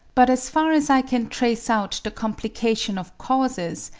but as far as i can trace out the complication of causes,